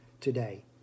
today